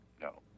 No